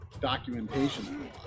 documentation